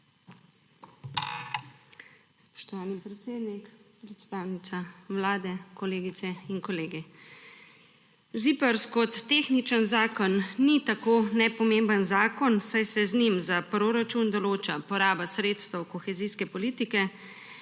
Spoštovani predsednik, predstavnica Vlade, kolegice in kolegi! ZIPRS kot tehničen zakon ni tako nepomemben zakon, saj se z njim za proračun določa poraba sredstev kohezijske politike,